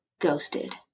ghosted